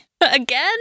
Again